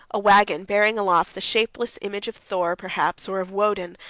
a wagon, bearing aloft the shapeless image of thor, perhaps, or of woden,